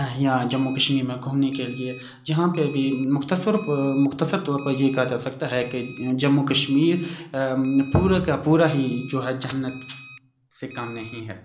یہاں جموں کشمیر میں گھومنے کے لیے جہاں پہ بھی مختصر مختصر طور پر یہ کہا جا سکتا ہے کہ جموں کشمیر پورا کا پورا ہی جو ہے جنت سے کم نہیں ہے